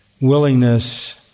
willingness